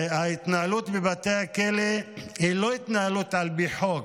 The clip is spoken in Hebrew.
ההתנהלות בבתי הכלא היא לא התנהלות על פי חוק,